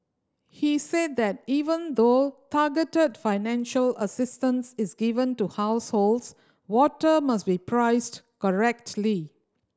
he said that even though targeted financial assistance is given to households water must be priced correctly